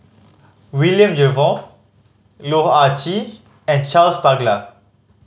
William Jervoi Loh Ah Chee and Charles Paglar